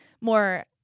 more